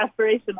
aspirational